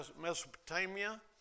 Mesopotamia